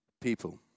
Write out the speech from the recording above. people